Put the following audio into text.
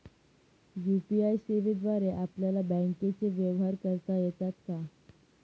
UPI सेवेद्वारे आपल्याला बँकचे व्यवहार करता येतात का?